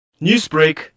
Newsbreak